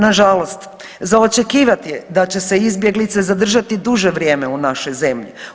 Nažalost, za očekivati je da će se izbjeglice zadržati duže vrijeme u našoj zemlji.